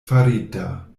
farita